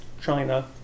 China